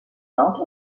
centre